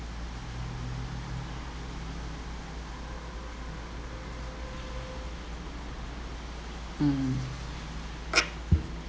mm